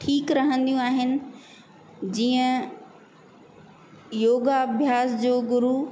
ठीक रहंदियूं आहिनि जीअं योगा अभ्यास जो गुरू